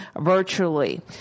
virtually